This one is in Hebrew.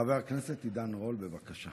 חבר הכנסת עידן רול, בבקשה.